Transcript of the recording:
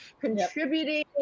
Contributing